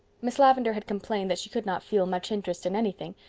miss lavendar had complained that she could not feel much interest in anything,